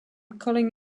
calling